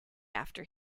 after